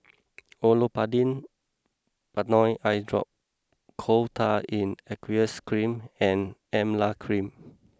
Olopatadine Patanol Eyedrop Coal Tar in Aqueous Cream and Emla Cream